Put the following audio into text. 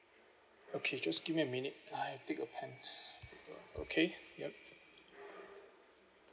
okay just give me a minute I take a pen okay yup